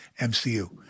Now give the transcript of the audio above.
MCU